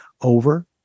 over